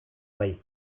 bai